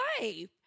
life